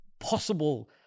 possible